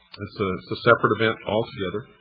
it's a separate event altogether.